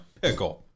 pickle